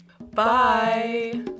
bye